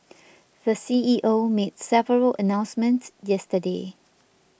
the C E O made several announcements yesterday